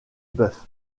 bœuf